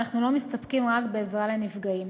אנחנו לא מסתפקים רק בעזרה לנפגעים.